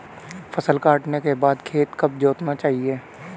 फसल काटने के बाद खेत कब जोतना चाहिये?